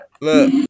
Look